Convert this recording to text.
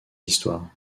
histoires